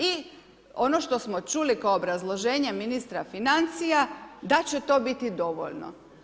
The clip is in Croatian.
I ono što smo čuli kao obrazloženje ministra financija da će to biti dovoljno.